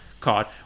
card